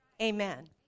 Amen